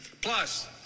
Plus